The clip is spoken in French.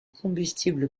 combustible